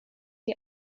die